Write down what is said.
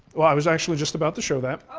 well, i was actually just about to show that.